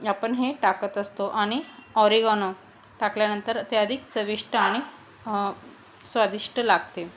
आपण हे टाकत असतो आणि ऑरेगोनो टाकल्यानंतर ते अधिक चविष्ट आणि स्वादिष्ट लागते